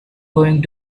going